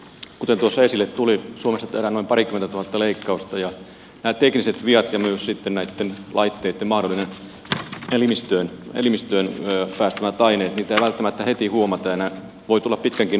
kuten tuossa esille tuli suomessa tehdään noin parikymmentätuhatta leikkausta ja näitä teknisiä vikoja ja myöskään sitten näitten laitteitten mahdollisesti elimistöön päästämiä aineita ei välttämättä heti huomata ja nämä voivat tulla pitkänkin ajan jälkeen